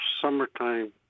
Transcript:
summertime